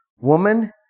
Woman